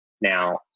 Now